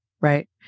Right